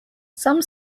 some